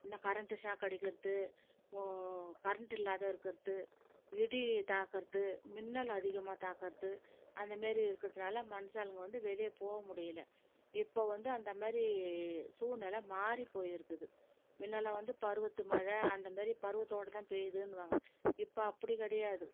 இன்னும் current shock அடிக்கறது current இல்லாத இருக்கறது இடி தாக்கறது மின்னல் அதிகமாக தாக்கறது அந்தமாதிரி இருக்கறதுனால மனுஷாளுங்க வந்து வெளியே போக முடியலை இப்போ வந்து அந்தமாரி சூழ்நில மாறி போயிருக்குது மின்னாலாம் வந்து பருவத்து மழை அந்தமாரி பருவத்தோடதான் பெய்யுதுன்னுவாங்க இப்போ அப்படி கிடையாது